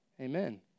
amen